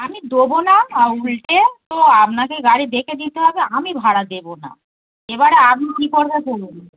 আমি দোবো না উল্টে তো আপনাকে গাড়ি দেখে দিতে হবে আমি ভাড়া দেবো না এবারে আপনি কি করবেন করুন